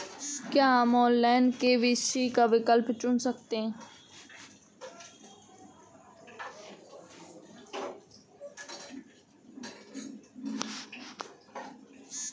क्या हम online KYC का विकल्प चुन सकते हैं?